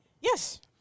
Yes